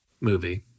movie